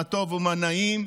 מה טוב ומה נעים,